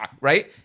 right